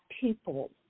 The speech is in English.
people